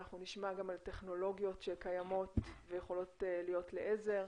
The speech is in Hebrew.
אנחנו נשמע גם על טכנולוגיות שקיימות ויכולות להיות לעזר,